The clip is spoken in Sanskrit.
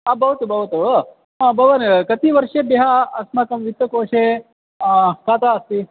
आ भवतु भवतु भवान् कति वर्षेभ्यः अस्माकं वित्तकोषे कादा अस्ति